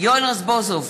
יואל רזבוזוב,